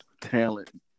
talent